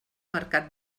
mercat